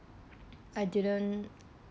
I didn't